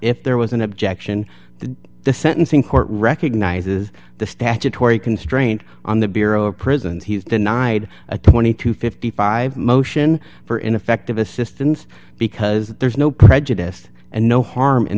if there was an objection to the sentencing court recognizes the statutory constraint on the bureau of prisons he's denied a twenty to fifty five motion for ineffective assistance because there's no prejudice and no harm in